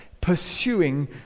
pursuing